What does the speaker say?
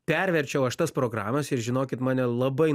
perverčiau aš tas programas ir žinokit mane labai